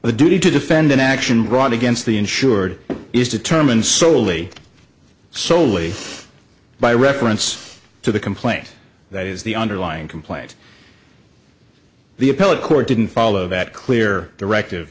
the duty to defend an action brought against the insured is determined solely solely by reference to the complaint that is the underlying complaint the appellate court didn't follow that clear directive